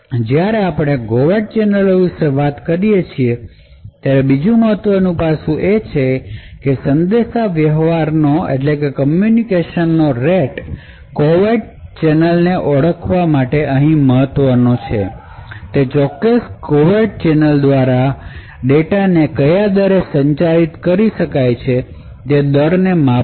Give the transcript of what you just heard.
જ્યારે આપણે કોવેર્ટ ચેનલો વિશે વાત કરીએ છીએ ત્યારે બીજું મહત્વનું પાસું એ છે સંદેશાવ્યવહાર નો રેટ કોવેર્ટ ચેનલને ઑડખવા અહીં મહત્વનું એ છે તે તે ચોક્કસ કોવેર્ટ ચેનલ દ્વારા ડેટાને કયા દરે સંચારિત કરી શકાય તે દરને માપવો